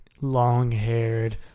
long-haired